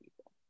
people